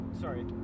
Sorry